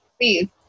Please